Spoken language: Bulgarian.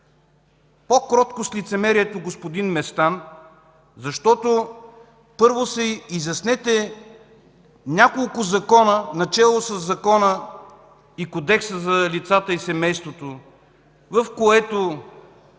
По кротко с лицемерието, господин Местан! Първо си изяснете няколко закона, начело със Закона за лицата и семейството, в който